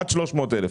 עד 300 אלף.